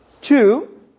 Two